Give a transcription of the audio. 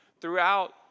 throughout